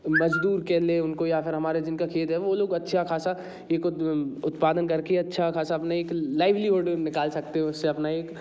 मजदूर कह लें उनको या फिर हमारे जिनका खेत है वो लोग अच्छा खासा एक उत्पादन करके अच्छा खासा अपने एक लाइवलीहुड निकाल सकते हो उससे अपना एक